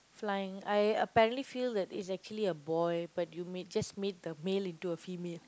flying I apparently feel that it's actually a boy but you may just made the male into a female